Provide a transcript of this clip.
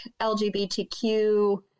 LGBTQ